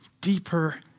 deeper